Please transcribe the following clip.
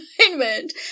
assignment